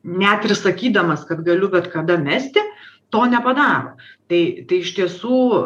net ir sakydamas kad galiu bet kada mesti to nepadaro tai tai iš tiesų